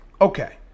okay